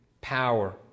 power